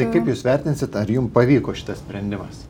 tai kaip jūs vertinsite ar jums pavyko šitas sprendimas